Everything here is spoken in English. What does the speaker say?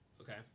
okay